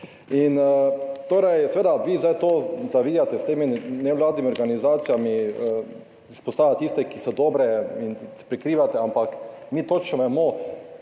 blamaže. Seveda, vi zdaj to zavijate s temi nevladnimi organizacijami, izpostavljate tiste, ki so dobre, in prikrivate, ampak mi točno vemo,